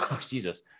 Jesus